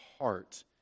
heart